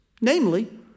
namely